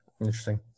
Interesting